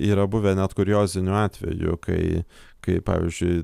yra buvę net kuriozinių atvejų kai kai pavyzdžiui